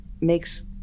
makes